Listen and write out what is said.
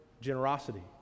generosity